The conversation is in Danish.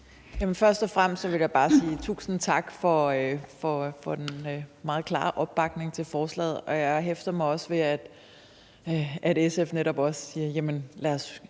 Først og fremmest vil jeg bare sige tusind tak for den meget klare opbakning til forslaget. Jeg hæftede mig også ved, at SF netop også siger: Lad os endelig